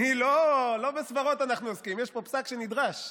לא בסברות אנחנו עוסקים, יש פה פסק שנדרש.